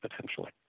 potentially